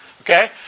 Okay